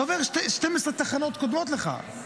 אתה עובר 12 תחנות קודמות לך,